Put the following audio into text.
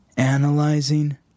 analyzing